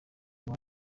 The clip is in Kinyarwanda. uwo